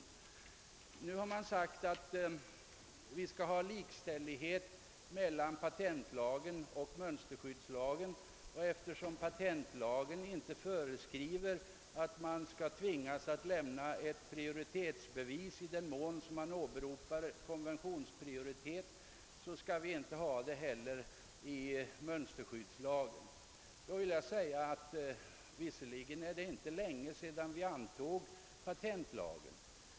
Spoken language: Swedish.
Det har nu sagts att vi skall ha likställighet mellan patentlagen och mönsterskyddslagen. Eftersom patentlagen inte föreskriver något tvång att lämna ett prioritetsbevis, i den mån man åberopar konventionsprioritet, skall vi därför inte heller ha någon sådan föreskrift i mönsterskyddslagen. Som bekant är det inte länge sedan vi antog patentlagen.